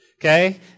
okay